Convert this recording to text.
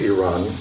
Iran